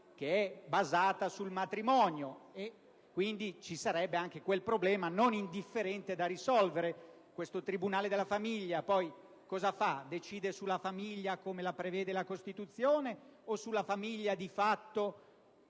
basata sul matrimonio e quindi ci sarebbe anche quel problema non indifferente da risolvere. Questo tribunale della famiglia poi cosa fa? Decide sulla famiglia come la prevede la Costituzione o sulla famiglia di fatto,